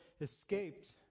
escaped